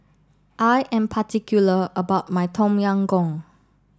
I am particular about my Tom Yam Goong